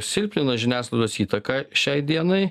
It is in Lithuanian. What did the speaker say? silpnina žiniasklaidos įtaką šiai dienai